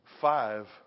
five